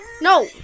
No